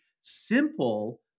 simple